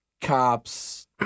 cops